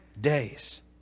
days